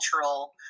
cultural